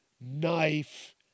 knife